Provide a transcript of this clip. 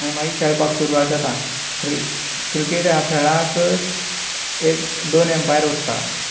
आनी मागीर खेळपाक सुरवात जाता क्रि क्रिकेट ह्या खेळाक एक दोन अंपायर उरता